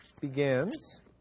begins